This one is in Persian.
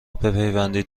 بپیوندید